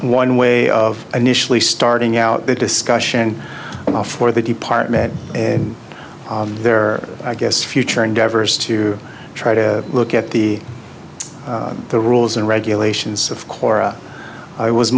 one way of initially starting out the discussion for the department there i guess future endeavors to try to look at the the rules and regulations of korra i was